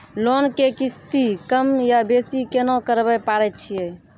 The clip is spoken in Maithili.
लोन के किस्ती कम या बेसी केना करबै पारे छियै?